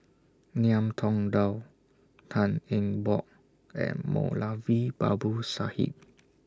Ngiam Tong Dow Tan Eng Bock and Moulavi Babu Sahib